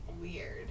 Weird